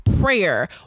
prayer